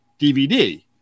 DVD